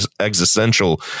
existential